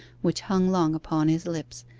which hung long upon his lips,